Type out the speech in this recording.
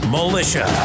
Militia